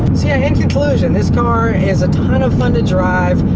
so, yeah. in conclusion, this car is a ton of fun to drive,